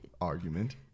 argument